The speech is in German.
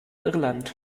irland